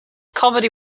comedy